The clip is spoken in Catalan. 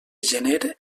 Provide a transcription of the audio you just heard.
gener